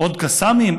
עוד קסאמים?